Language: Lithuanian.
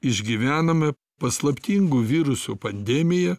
išgyvenome paslaptingų virusų pandemiją